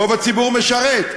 רוב הציבור משרת.